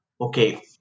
okay